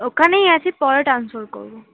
ওখানেই আছি পরে ট্রান্সফার করব